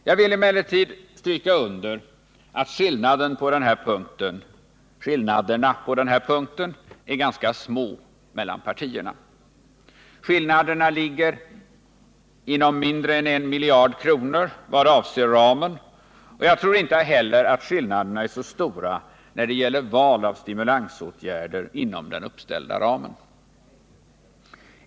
Jag vill emellertid understryka att skillnaderna på den här punkten är ganska små mellan partierna. Skillnaderna ligger inom mindre än 1 miljard kronor vad avser ramen, och jag tror inte heller att skillnaderna är så stora när det gäller val av stimulansåtgärder inom den uppställda ramen.